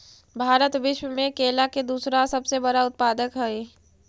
भारत विश्व में केला के दूसरा सबसे बड़ा उत्पादक हई